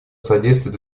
содействует